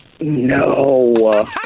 No